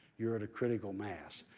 you're at a critical mass.